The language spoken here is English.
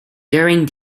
during